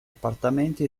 appartamenti